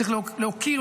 צריך להוקיר,